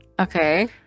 Okay